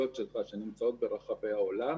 יכולת ברשת עשינו המון,